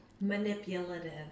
Manipulative